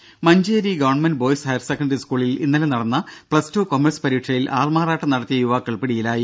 ദര Manjeri government boys higher secondary സ്കൂളിൽ ഇന്നലെ നടന്ന പ്പസ്ടു കൊമേഴ്സ് പരീക്ഷയിൽ ആൾമാറാട്ടം നടത്തിയ യുവാക്കൾ പിടിയിലായി